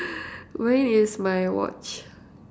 mine is my watch